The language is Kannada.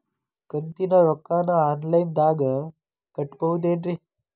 ಕಂತಿನ ರೊಕ್ಕನ ಆನ್ಲೈನ್ ದಾಗ ಕಟ್ಟಬಹುದೇನ್ರಿ?